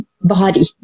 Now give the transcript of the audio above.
body